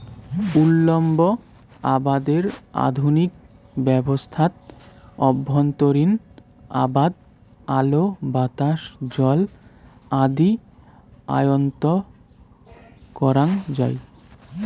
উল্লম্ব আবাদের আধুনিক ব্যবস্থাত অভ্যন্তরীণ আবাদ আলো, বাতাস, জল আদি আয়ত্ব করাং যাই